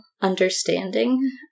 understanding